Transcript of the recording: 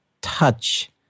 touch